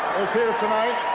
is here tonight.